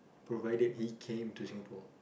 provided he came to Singapore